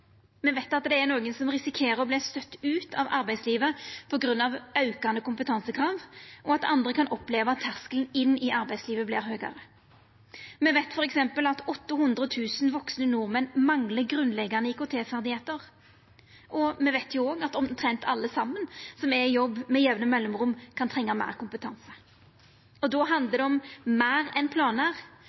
Me veit at det er nokon som risikerer å bli støytte ut av arbeidslivet på grunn av aukande kompetansekrav, og at andre kan oppleva at terskelen inn i arbeidslivet vert høgare. Me veit f.eks. at 800 000 vaksne nordmenn manglar grunnleggjande IKT-ferdigheiter, og me veit at omtrent alle som er i jobb, med jamne mellomrom kan trengja meir kompetanse. Då handlar det om meir enn